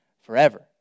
forever